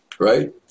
Right